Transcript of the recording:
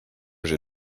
j’ai